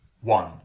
one